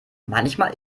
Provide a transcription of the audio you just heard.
manchmal